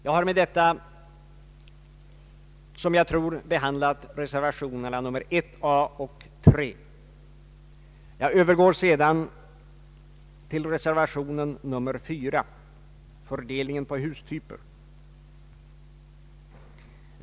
Jag har med detta behandlat reservationerna 1 a och 3. Jag övergår sedan till reservation 4 beträffande fördelningen på hustyper.